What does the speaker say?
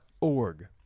org